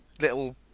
little